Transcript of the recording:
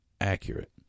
accurate